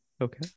Okay